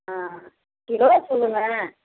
ஆ kilo சொல்லுங்கள்